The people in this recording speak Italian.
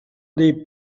dei